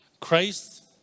Christ